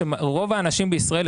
רוב האנשים בישראל,